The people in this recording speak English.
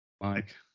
Mike